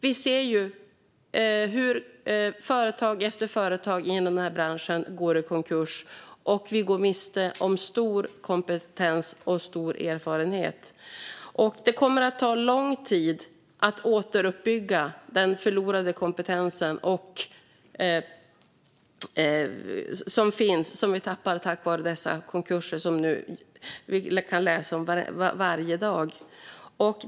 Vi ser hur företag efter företag i den här branschen går i konkurs. Vi går miste om stor kompetens och stor erfarenhet. Det kommer att ta lång tid att återuppbygga den kompetens som vi tappar på grund av de konkurser som vi nu kan läsa om varje dag.